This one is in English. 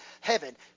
heaven